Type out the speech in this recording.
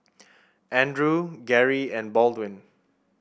Andrew Garey and Baldwin